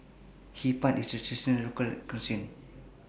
Hee Pan IS Traditional Local Cuisine